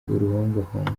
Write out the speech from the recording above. uruhongohongo